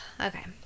Okay